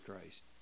Christ